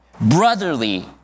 brotherly